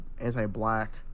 anti-black